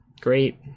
Great